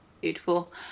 Beautiful